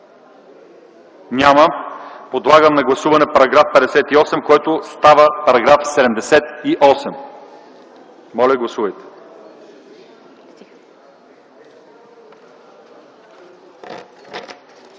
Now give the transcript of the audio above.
Няма. Подлагам на гласуване § 58, който става § 78. Моля, гласувайте.